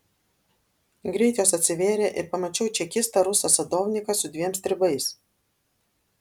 greit jos atsivėrė ir pamačiau čekistą rusą sadovniką su dviem stribais